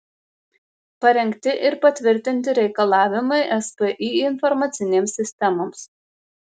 parengti ir patvirtinti reikalavimai spį informacinėms sistemoms